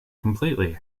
completely